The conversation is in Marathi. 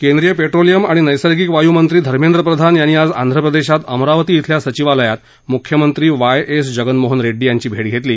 केंद्रीय पेट्रोलियम आणि नस्तिंक वायूमंत्री धर्मेंद्र प्रधान यांनी आज आंध्र प्रदेशात अमरावती श्रिल्या सचिवालयात मुख्यमंत्री वाय एस जगनमोहन रेड्डी यांची भेट घेतली